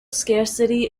scarcity